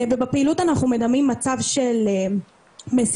ובפעילות אנחנו מדמים מצב של מסיבה,